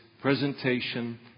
presentation